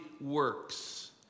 works